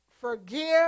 forgive